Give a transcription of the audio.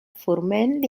forment